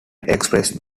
expressed